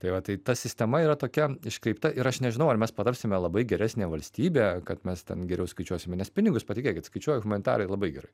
tai va tai ta sistema yra tokia iškreipta ir aš nežinau ar mes patapsime labai geresnė valstybė kad mes ten geriau skaičiuosime nes pinigus patikėkit skaičiuoja humanitarai labai gerai